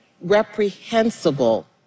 reprehensible